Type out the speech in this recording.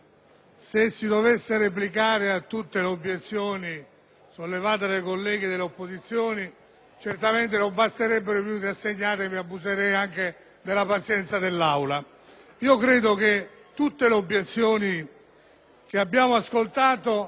sollevate dai colleghi dell'opposizione certamente non basterebbero i minuti assegnati e abuserei anche della pazienza dei colleghi senatori. Credo che tutte le obiezioni che abbiamo ascoltato siano di merito, non di costituzionalità,